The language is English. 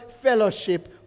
fellowship